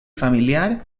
familiar